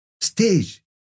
stage